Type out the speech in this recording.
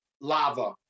lava